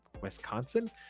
Wisconsin